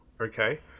okay